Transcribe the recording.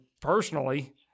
personally